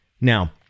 Now